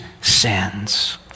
sins